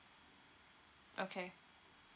okay